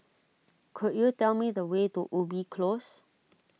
could you tell me the way to Ubi Close